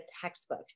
textbook